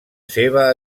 seva